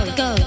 go